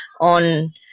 on